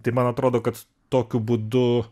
tai man atrodo kad tokiu būdu